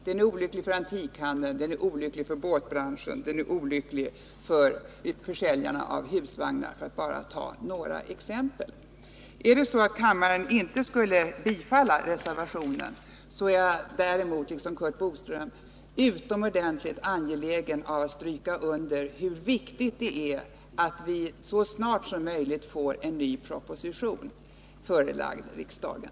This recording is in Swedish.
Den är olycklig för antikhandeln, båtbranschen och för försäljarna av husvagnar, för att bara ta några exempel. Skulle kammaren inte bifalla reservationen, är jag liksom Curt Boström utomordentligt angelägen att stryka under hur viktigt det är att vi så snart som möjligt får en ny proposition förelagd riksdagen.